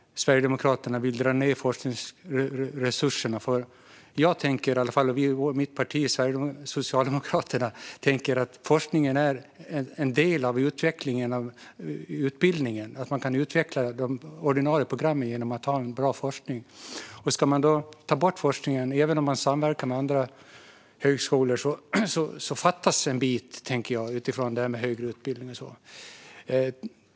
Sverigedemokraterna vill dra ned forskningsresurserna. Jag och mitt parti Socialdemokraterna tänker att forskningen är en del av utvecklingen av utbildningen. Man kan utveckla de ordinarie programmen genom att ha bra forskning. Ska man ta bort forskningen, även om man samverkar med andra högskolor, så fattas en bit utifrån vad högre utbildning ska vara.